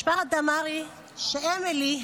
משפחת דמארי,